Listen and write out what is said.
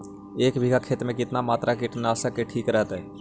एक बीघा खेत में कितना मात्रा कीटनाशक के ठिक रहतय?